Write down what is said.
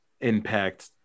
impact